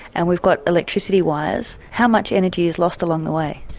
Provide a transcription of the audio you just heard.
and we've got electricity wires, how much energy is lost along the way.